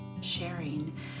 Sharing